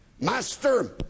master